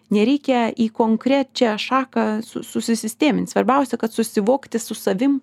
nereikia į konkrečią šaką susistemint svarbiausia kad susivokti su savim